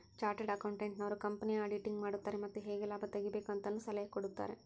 chartered accountant ನವರು ಕಂಪನಿಯ auditing ಮಾಡುತಾರೆ ಮತ್ತು ಹೇಗೆ ಲಾಭ ತೆಗಿಬೇಕು ಅಂತನು ಸಲಹೆ ಕೊಡುತಾರೆ